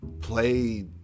play